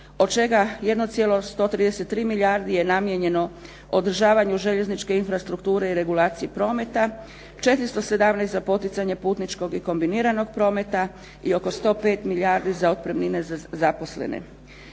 od čega 1,133 milijardi je namijenjeno održavanju željezničke infrastrukture i regulacije prometa, 417 za poticanje putničkog i kombiniranog prometa i oko 105 milijardi za otpremnine za zaposlene.